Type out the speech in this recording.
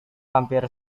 hampir